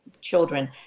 children